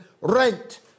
rent